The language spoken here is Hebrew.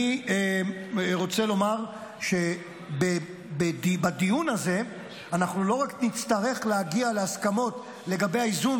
אני רוצה לומר שבדיון הזה אנחנו לא רק נצטרך להגיע להסכמות לגבי האיזון